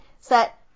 set